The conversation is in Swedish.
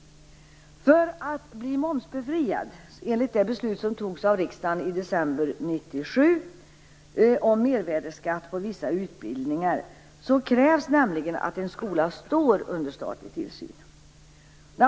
Enligt det beslut som fattades av riksdagen i december 1996 om mervärdesskatt på vissa utbildningar krävs nämligen att en skola står under statlig tillsyn för att den skall bli momsbefriad.